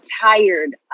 tired